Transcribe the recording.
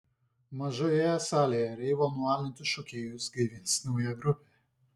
mažojoje salėje reivo nualintus šokėjus gaivins nauja grupė